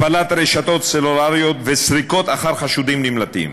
הפלת רשתות סלולריות וסריקות אחר חשודים נמלטים.